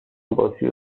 باتری